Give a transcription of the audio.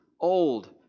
old